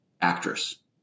actress